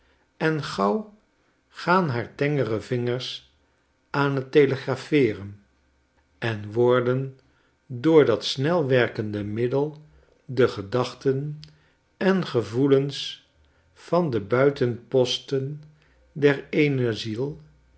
en gauw gaan haar tengere vingers aan t telegrapheeren en worden door dat snelwerkende middel de gedachten en gevoelens van de buitenposten der eene ziel